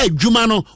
jumano